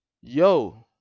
yo